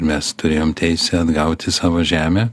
mes turėjom teisę atgauti savo žemę